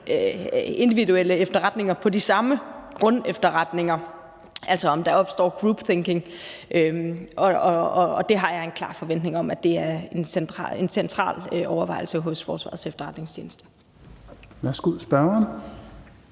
individuelle efterretninger på de samme grundefterretninger, altså om der opstår group thinking, og det har jeg en klar forventning om er en central overvejelse hos Forsvarets Efterretningstjeneste. Kl. 16:25 Fjerde